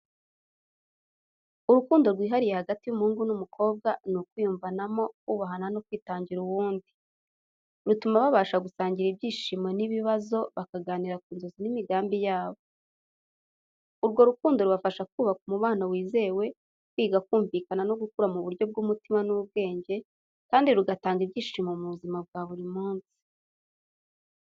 Urukundo rwihariye hagati y’umuhungu n’umukobwa ni ukwiyumvanamo, kubahana no kwitangira uwundi. Rutuma babasha gusangira ibyishimo n’ibibazo, bakaganira ku nzozi n’imigambi yabo. Urwo rukundo rubafasha kubaka umubano wizewe, kwiga kumvikana no gukura mu buryo bw’umutima n’ubwenge, kandi rugatanga ibyishimo mu buzima bwa buri munsi.